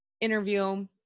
interview